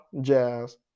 Jazz